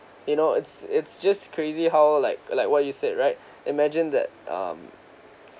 you know it's it's just crazy how like like what you said right imagine that um